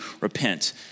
repent